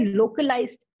localized